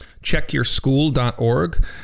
checkyourschool.org